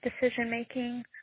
decision-making